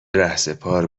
رهسپار